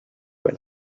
when